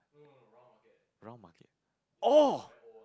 round market oh